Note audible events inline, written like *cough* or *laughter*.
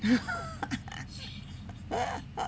*laughs*